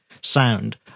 sound